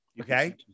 Okay